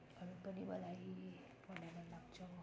अरू पनि मलाई पढ्न मन लाग्छ